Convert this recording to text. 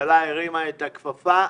הממשלה הרימה את הכפפה,